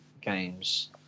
games